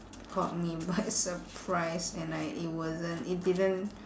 caught me by surprise and I it wasn't it didn't